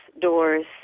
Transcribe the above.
doors